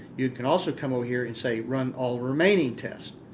you can also come over here and say run all remaining tests.